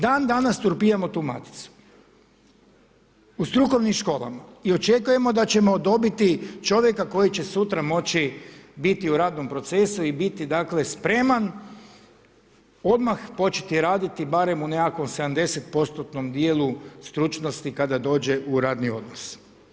Dan danas turpiramo tu maticu u strukovnim školama i očekujemo dobiti čovjeka koji će sutra moći biti u radnom procesu i biti dakle, spreman odmah početi raditi barem u nekakvom 70% dijelu stručnosti kada dođe u radni odnos.